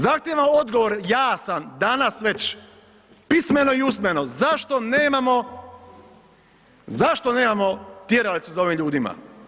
Zahtijevam odgovor, ja sam danas već pismeno i usmeno zašto nemamo, zašto nemamo tjeralicu za ovim ljudima?